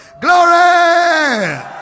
Glory